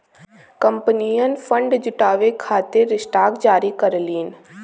कंपनियन फंड जुटावे खातिर स्टॉक जारी करलीन